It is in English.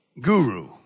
guru